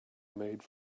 made